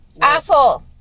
Asshole